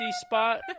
spot